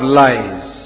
lies